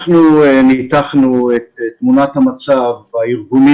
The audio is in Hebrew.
אנחנו ניתחנו את תמונת המצב בארגונים